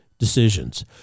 Decisions